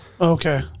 okay